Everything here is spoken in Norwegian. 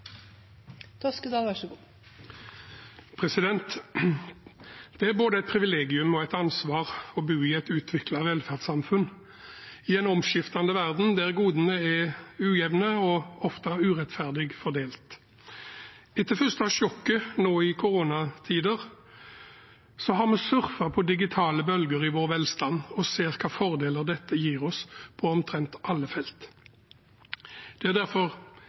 Det er både et privilegium og et ansvar å bo i et utviklet velferdssamfunn i en omskiftelig verden der godene er ujevnt og ofte urettferdig fordelt. Etter det første sjokket nå i koronatiden har vi surfet på digitale bølger i vår velstand og ser hvilke fordeler dette gir oss på omtrent alle felt. Det er derfor